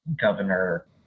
Governor